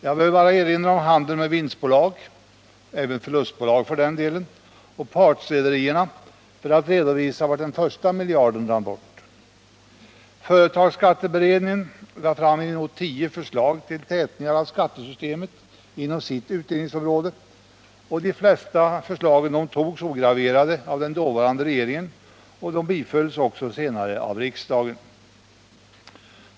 Jag behöver bara erinra om handeln med vinstbolag — även förlustbolag, för den delen — och partsrederierna för att redovisa vart den första miljarden rann bort. Företagsskatteberedningen lade fram inemot tio förslag till tätningar av skattesystemet inom sitt utredningsområde, och de flesta förslagen togs ograverade av den dåvarande regeringen och bifölls också senare av riksdagen.